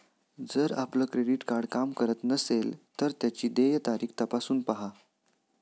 जर आपलं credit card काम करत नसेल तर त्याची देय तारीख तपासून पाहा